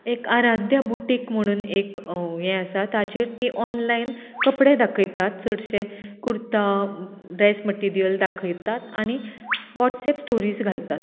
एक आराध्या बुटीक म्हणून एक ये आसा ताचेर ती ऑनलायन कपडे दाखयतात चडशे कुर्ता ड्रेस मटिरियल दाखयतात आनी वॉट्सऍप स्टोरीज घालतात